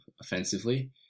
offensively